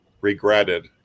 regretted